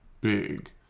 big